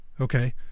Okay